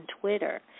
Twitter